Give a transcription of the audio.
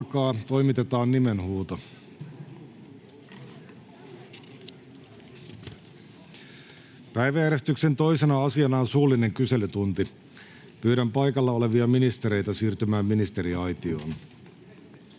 Time: N/A Content: Päiväjärjestyksen 2. asiana on suullinen kyselytunti. Pyydän paikalla olevia ministereitä siirtymään ministeriaitioon.